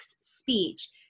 speech